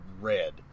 red